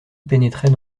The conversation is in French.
pénétrait